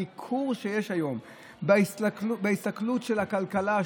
הניכור שיש היום בהסתכלות על הכלכלה,